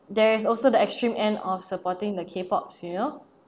there is also the extreme end of supporting the k-pops you know